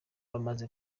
bamaze